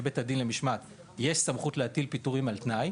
לבית הדין למשמעת יש סמכות להטיל פיטורים "על תנאי",